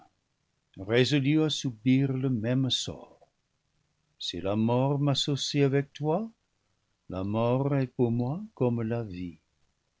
résolu à subir le même sort si la mort m'associe avec toi la mort est pour moi comme la vie